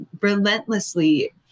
relentlessly